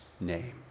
name